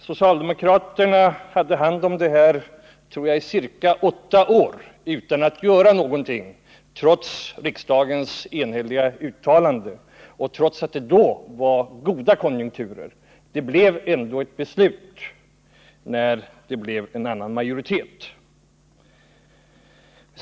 Socialdemokraterna hade hand om saken i ca 8 år, tror jag, utan att göra någonting, trots riksdagens enhälliga uttalande och trots att det då var goda konjunkturer. Det blev ändå ett beslut när det kom en annan majoritet.